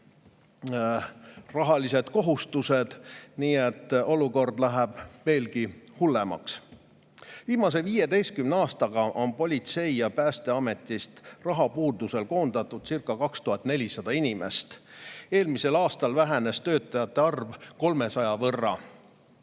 rahalised kohustused. Nii et olukord läheb veelgi hullemaks. Viimase 15 aasta jooksul on politseist ja Päästeametist rahapuuduse tõttu koondatudcirca2400 inimest. Eelmisel aastal vähenes töötajate arv 300 võrra.